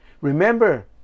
Remember